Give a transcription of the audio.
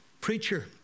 preacher